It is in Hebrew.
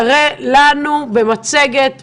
תיק, בעצורים או הארכת מעצר,